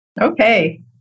Okay